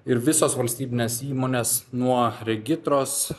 ir visos valstybinės įmonės nuo regitros